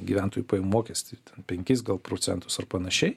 gyventojų pajamų mokestį penkis procentus ar panašiai